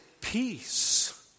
peace